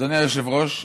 אדוני היושב-ראש,